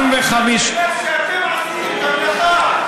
75%. בגלל שעשיתם את המלאכה,